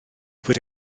bod